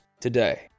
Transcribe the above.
today